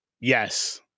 yes